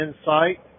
insight